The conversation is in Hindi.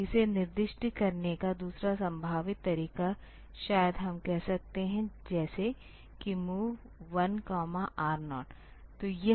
इसे निर्दिष्ट करने का दूसरा संभावित तरीका शायद हम कह सकते हैं जैसे कि mov 1 R 0